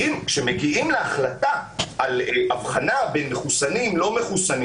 הממשלה בעצמה ברגע מסוים באה ואמרה בתיאום עם מערכת הבריאות,